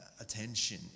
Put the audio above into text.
attention